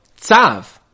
Tzav